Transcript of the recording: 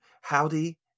Howdy